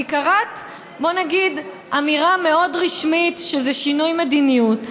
כי קראת אמירה מאוד רשמית שזה שינוי מדיניות,